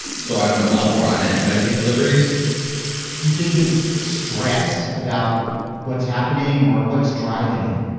so i'm i'm a lot more on edge when i take deliveries do you think it's stress about what's happening or what's driving it?